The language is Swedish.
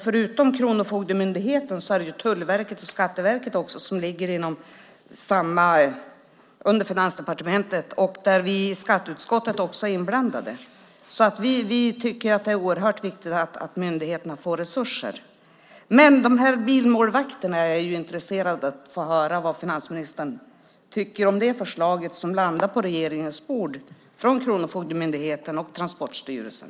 Förutom Kronofogdemyndigheten är det också Tullverket och Skatteverket som ligger under Finansdepartementet och där vi i skatteutskottet också är inblandade. Vi tycker att det är oerhört viktigt att myndigheterna får resurser. Men när det gäller bilmålvakterna är jag intresserad av att få höra vad finansministern tycker om förslaget som landar på regeringens bord från Kronofogdemyndigheten och Transportstyrelsen.